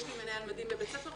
יש לי מנהל מדהים בבית הספר,